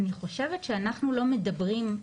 אני חושבת שאנחנו לא מדברים,